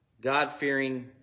God-fearing